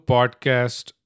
Podcast